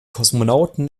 kosmonauten